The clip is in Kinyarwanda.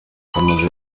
ryamaze